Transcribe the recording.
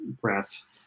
Press